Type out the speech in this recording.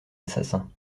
assassins